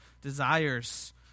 desires